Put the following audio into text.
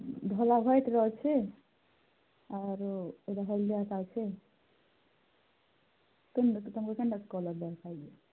ଭଲ ହ୍ୱାଇଟିର ଅଛି ଆରୁ ଏଟା ହଳଦିଆଟା ଅଛି କେନ୍ତା ତମକୁ କେନ୍ତା କଲରର ଦରକାର